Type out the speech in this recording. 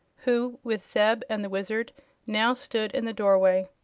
who with zeb and the wizard now stood in the doorway.